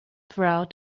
throughout